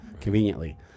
conveniently